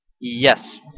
Yes